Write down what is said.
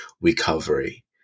recovery